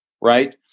right